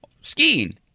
Skiing